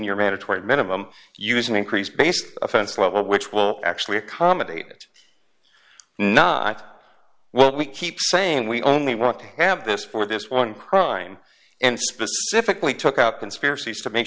year mandatory minimum use an increase based offense level which will actually accommodate it not well we keep saying we only want to have this for this one crime and specifically took out conspiracies to make